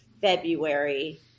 February